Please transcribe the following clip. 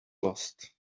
lost